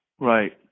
Right